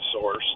source